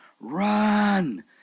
run